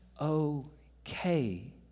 okay